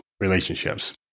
relationships